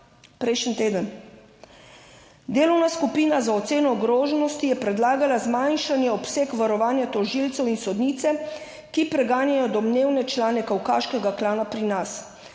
prejšnji teden. "Delovna skupina za oceno ogroženosti je predlagala zmanjšanje obseg varovanja tožilcev in sodnice, ki preganjajo domnevne člane Kavkaškega klana pri nas.